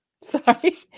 Sorry